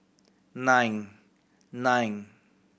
nine nine